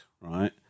right